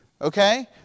okay